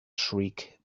shriek